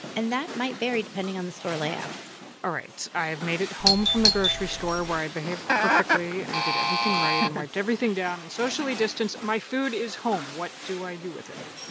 and that might vary depending on the store layout all right. i have made it home from the ah grocery store, where i behaved perfectly and did everything right. and wiped everything down and socially distanced. my food is home. what do i do with it?